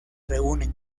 reúnen